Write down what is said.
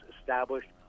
established